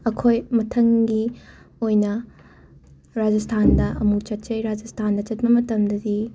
ꯑꯩꯈꯣꯏ ꯃꯊꯪꯒꯤ ꯑꯣꯏꯅ ꯔꯥꯖꯁꯊꯥꯟꯗ ꯑꯃꯨꯛ ꯆꯠꯆꯩ ꯔꯥꯖꯁꯊꯥꯟꯗ ꯆꯠꯄ ꯃꯇꯝꯗꯗꯤ